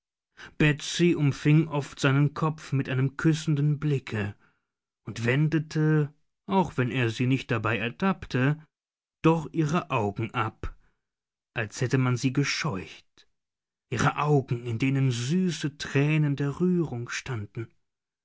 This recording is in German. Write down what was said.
betsy umfing oft seinen kopf mit einem küssenden blicke und wendete auch wenn er sie nicht dabei ertappte doch ihre augen ab als hätte man sie gescheucht ihre augen in denen süße tränen der rührung standen